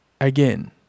again